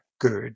good